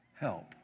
help